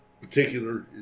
particular